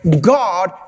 God